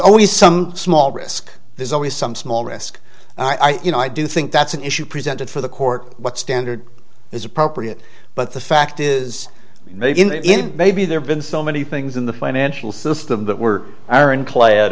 always some small risk there's always some small risk you know i do think that's an issue presented for the court what standard is appropriate but the fact is maybe maybe there been so many things in the financial system that were